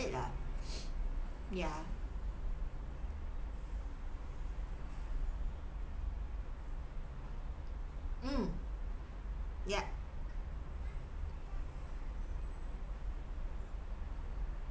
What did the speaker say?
ah ya mm yup